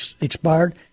expired